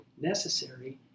necessary